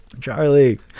Charlie